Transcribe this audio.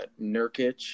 Nurkic